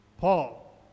Paul